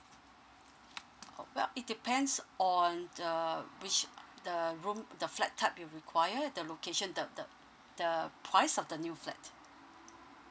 oh well it depends on uh which the room the flat type you require the location the the the price of the new flat